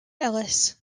elis